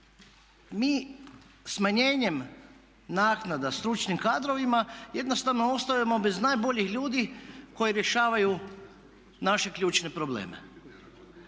mi smanjenjem naknada stručnim kadrovima jednostavno ostajemo bez najboljih ljudi koji rješavaju naše ključne probleme.